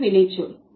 இது வினைச்சொல்